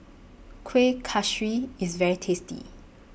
Kuih Kaswi IS very tasty